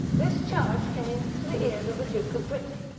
this charge came to the ears of the duke of brittany,